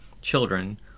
children